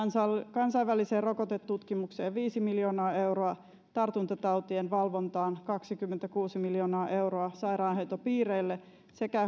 kansainväliseen rokotetutkimukseen viisi miljoonaa euroa tartuntatautien valvontaan kaksikymmentäkuusi miljoonaa euroa sairaanhoitopiireille sekä